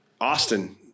Austin